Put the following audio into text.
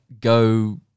go